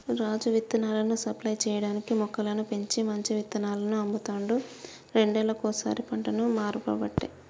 రాజు విత్తనాలను సప్లై చేయటానికీ మొక్కలను పెంచి మంచి విత్తనాలను అమ్ముతాండు రెండేళ్లకోసారి పంటను మార్వబట్టే